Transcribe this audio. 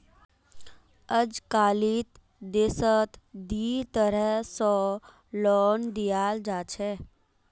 अजकालित देशत दी तरह स लोन दियाल जा छेक